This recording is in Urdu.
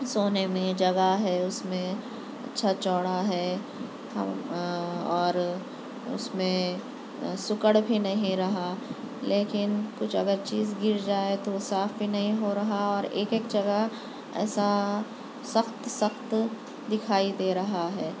سونے میں جگہ ہے اس میں اچھا چوڑا ہے اور اس میں سکڑ بھی نہیں رہا لیکن کچھ اگر چیز گر جائے تو صاف بھی نہیں ہو رہا اور ایک ایک جگہ ایسا سخت سخت دکھائی دے رہا ہے